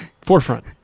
forefront